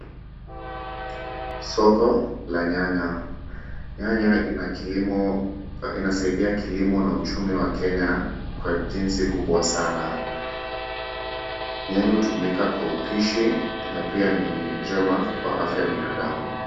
Soko, la nyanya. Nyanya ina kilimo, inasaidia kilimo na uchumi wa Kenya, kwa jinsi kubwa sana. Nyanya hutumika kwa upishi, na pia ni njema kwa afya ya binadamu.